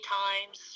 times